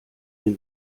ihr